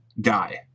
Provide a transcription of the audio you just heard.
Guy